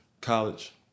College